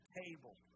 table